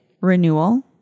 Renewal